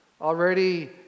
already